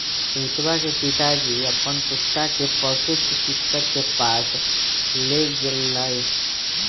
रोहितवा के पिताजी ने अपन कुत्ता के पशु चिकित्सक के पास लेगय लय